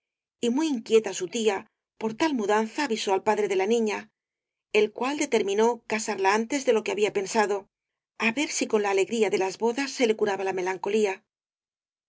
y muy inquieta su tía por tal mudanza avisó al padre de la niña el cual determinó casarla antes de lo que había pensado á ver si con la alegría de las bodas se le curaba la melancolía